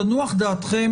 תנוח דעתכם.